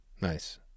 nice